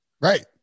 Right